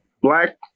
black